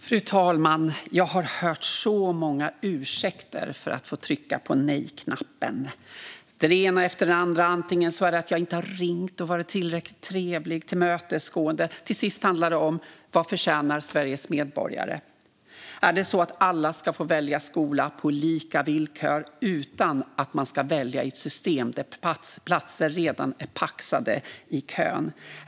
Fru talman! Jag har hört så många ursäkter för att få trycka på nej-knappen, den ena efter den andra. Jag har inte ringt och inte varit tillräckligt trevlig och tillmötesgående. Till sist handlar det om: Vad förtjänar Sveriges medborgare? Är det så att alla ska få välja skola på lika villkor utan att man ska välja i ett system där platser redan är paxade i kön?